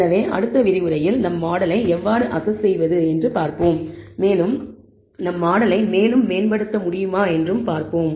எனவே அடுத்த விரிவுரையில் நம் மாடலை எவ்வாறு அசஸ் செய்வது என்று பார்ப்போம் மேலும் நம் மாடலை மேம்படுத்த முடியுமா என்றும் பார்ப்போம்